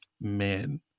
men